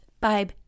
babe